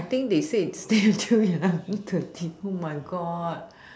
I think they said ten till eleven thirty oh my god